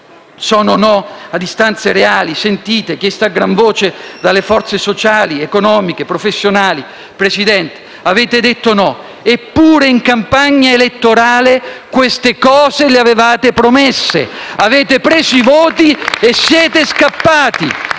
sono no a istanze reali, sentite, chieste a gran voce dalle forze sociali, economiche, professionali. Avete detto no, eppure in campagna elettorale queste cose le avevate promesse. Avete preso i voti e siete scappati.